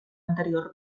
anterior